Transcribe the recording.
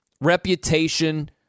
reputation